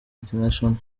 international